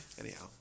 anyhow